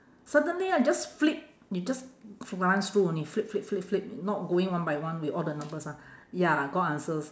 suddenly I just flip you just glance through only flip flip flip flip not going one by one with all the numbers ah ya god answers